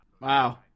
Wow